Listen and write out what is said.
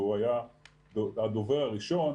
והוא היה הדובר הראשון,